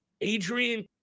Adrian